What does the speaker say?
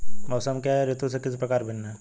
मौसम क्या है यह ऋतु से किस प्रकार भिन्न है?